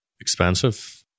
Expensive